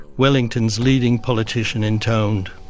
wellington's leading politician intoned,